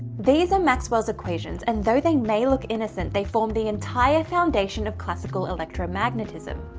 these are maxwell's equations and though they may look innocent they form the entire foundation of classical electromagnetism.